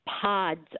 pods